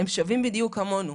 הם שווים בדיוק כמונו.